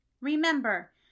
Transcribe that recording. Remember